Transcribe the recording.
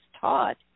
taught